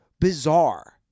bizarre